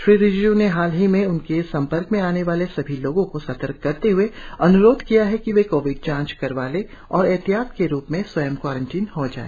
श्री रिजिजू ने हाल ही में उनके संपर्क में आने वाले सभी लोगों को सतर्क करते हए अन्रोध किया है कि वे कोविड जांच करवा ले और ऐहतियात के रुप में स्वयं क्वारंटिन हो जाए